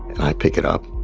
and i pick it up,